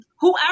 whoever